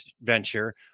venture